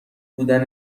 بودن